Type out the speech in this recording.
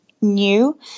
new